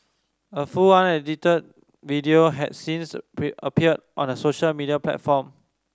a full unedited video had since appeared on a social media platform